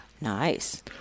Nice